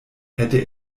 hätte